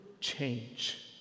change